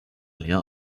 lien